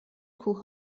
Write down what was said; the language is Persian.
کوه